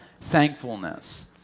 thankfulness